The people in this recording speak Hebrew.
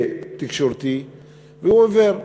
ותקשורתי והוא עיוור.